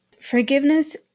Forgiveness